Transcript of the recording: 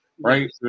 right